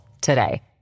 today